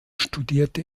studierte